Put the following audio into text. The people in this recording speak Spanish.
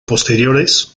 posteriores